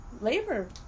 labor